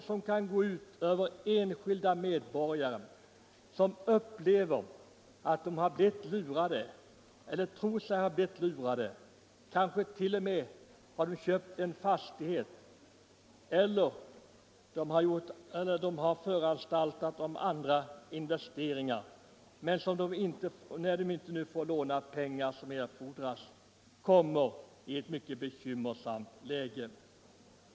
Det kan gå ut över enskilda medborgare, som känner sig lurade. De har kanske köpt en fastighet eller föranstaltat om andra investeringar, och när de nu inte får låna de pengar som erfordras kommer de i ett mycket bekymmersamt läge.